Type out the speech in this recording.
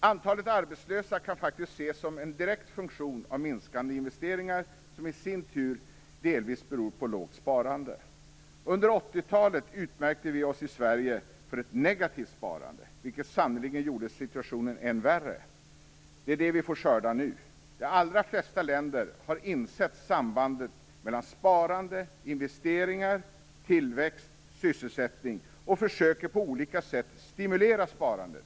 Antalet arbetslösa kan faktiskt ses som en direkt funktion av minskande investeringar, som i sin tur delvis beror på lågt sparande. Under 80-talet utmärkte vi i Sverige oss för ett negativt sparande, vilket sannerligen gjorde situationen än värre. Det är det vi får skörda nu. De allra flesta länder har insett sambandet mellan sparande, investeringar, tillväxt och sysselsättning och försöker på olika sätt stimulera sparandet.